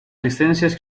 licencias